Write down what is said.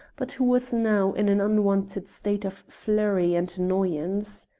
but who was now in an unwonted state of flurry and annoyance.